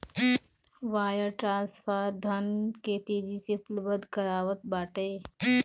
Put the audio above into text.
wire transfer धन के तेजी से उपलब्ध करावत बाटे